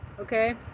Okay